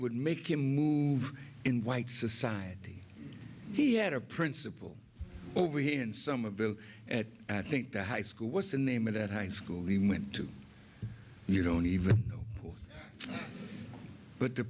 would make him move in white society he had a principle over here in somerville think that high school was the name of that high school he went to you don't even know but the